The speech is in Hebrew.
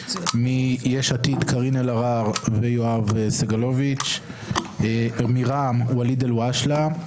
יש עתיד קארין אלהרר ויואב סגלוביץ'; רע"מ ואליד אל הואשלה,